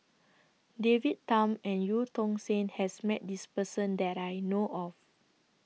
David Tham and EU Tong Sen has Met This Person that I know of